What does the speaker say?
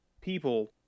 people